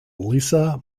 lisa